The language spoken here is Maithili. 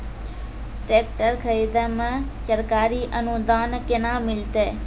टेकटर खरीदै मे सरकारी अनुदान केना मिलतै?